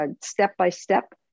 step-by-step